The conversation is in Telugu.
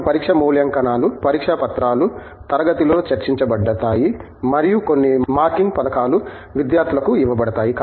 మనకు పరీక్ష మూల్యాంకనాలు పరీక్షా పత్రాలు తరగతిలో చర్చించబడతాయి మరియు కొన్ని మార్కింగ్ పథకాలు విద్యార్థులకు ఇవ్వబడతాయి